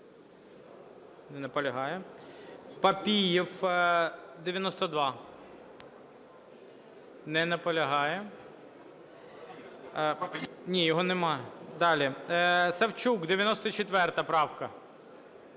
Не наполягає. Папієв, 92. Не наполягає. Ні, його немає. Далі, Савчук, 94 правка.